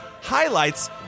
highlights